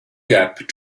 gap